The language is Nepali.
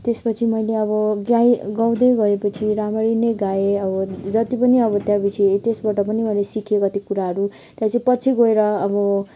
त्यसपछि मैले अब गाय गाउँदै गएपछि राम्ररी नै गाएँ अब जति पनि अब त्यहाँ पिछे त्यसबाट पनि मैले सिकेँ कति कुराहरू त्यहाँपछि पछि गएर अब